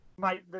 Mate